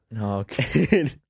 Okay